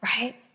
right